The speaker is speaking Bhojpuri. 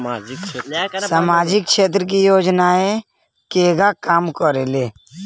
सामाजिक क्षेत्र की योजनाएं केगा काम करेले?